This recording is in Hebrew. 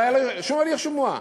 לא היה לו שום הליך שימוע.